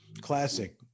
Classic